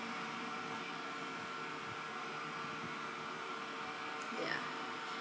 ya